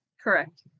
Correct